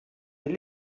est